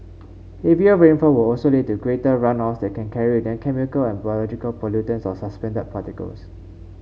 heavier rainfall will also lead to greater runoffs that can carry them chemical and biological pollutants or suspended particles